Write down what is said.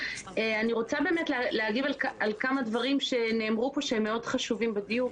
אני רוצה להגיב על כמה דברים שנאמרו פה שהם מאוד חשובים לדיוק.